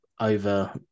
over